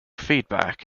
feedback